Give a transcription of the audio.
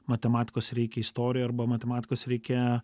matematikos reikia istorijoj arba matematikos reikia